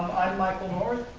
michael north.